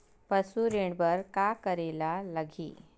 पशु ऋण बर का करे ला लगही?